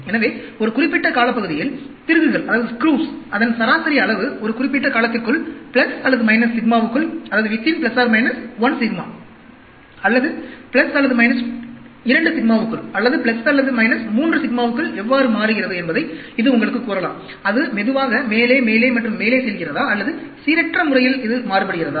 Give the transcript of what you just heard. எனவே ஒரு குறிப்பிட்ட காலப்பகுதியில் திருகுகளின் சராசரி அளவு ஒரு குறிப்பிட்ட காலத்திற்குள் அல்லது 1 சிக்மாவுக்குள் within or 1 sigma அல்லது அல்லது 2 சிக்மாவுக்குள் அல்லது அல்லது 3 சிக்மாவுக்குள் எவ்வாறு மாறுகிறது என்பதை இது உங்களுக்குக் கூறலாம் அது மெதுவாக மேலே மேலே மற்றும் மேலே செல்கிறதா அல்லது சீரற்ற முறையில் இது மாறுபடுகிறதா